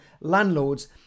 landlords